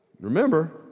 Remember